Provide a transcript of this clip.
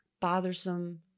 bothersome